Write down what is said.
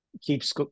keeps